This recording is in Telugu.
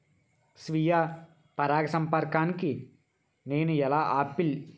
స్వీయ పరాగసంపర్కాన్ని నేను ఎలా ఆపిల్?